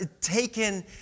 taken